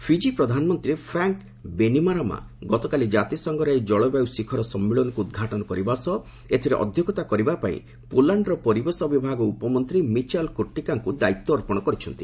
ଫିକି ପ୍ରଧାନମନ୍ତ୍ରୀ Frank Bainimarama ଗତକାଲି କାତିସଂଘର ଏହି ଜଳବାୟୁ ଶିଖର ସମ୍ମିଳନୀକୁ ଉଦ୍ଘାଟନ କରିବା ସହ ଏଥିରେ ଅଧ୍ୟକ୍ଷତା କରିବାପାଇଁ ପୋଲାଣ୍ଡର ପରିବେଶ ବିଭାଗ ଉପମନ୍ତ୍ରୀ ମିଚାଲ୍ କୁର୍ଟିକାଙ୍କୁ ଦାୟିତ୍ୱ ଅର୍ପଣ କରିଛନ୍ତି